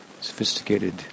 sophisticated